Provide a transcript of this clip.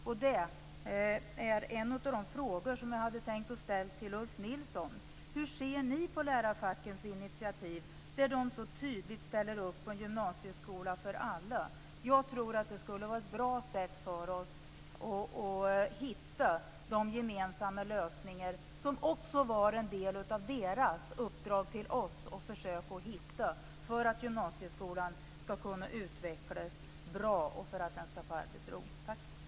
Och det är en av de frågor som jag hade tänkt ställa till Ulf Nilsson. Hur ser Folkpartiet på lärarfackens initiativ där de så tydligt ställer upp på en gymnasieskola för alla? Jag tror att det skulle vara ett bra sätt för oss att hitta de gemensamma lösningar som också var en del av deras uppdrag till oss att försöka hitta för att gymnasieskolan skall kunna utvecklas bra och för att den skall få arbetsro.